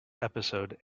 episode